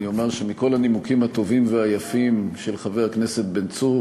אני אומר שמכל הנימוקים הטובים והיפים של חבר הכנסת בן צור,